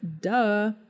duh